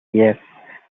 yes